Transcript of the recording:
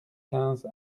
quinze